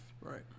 right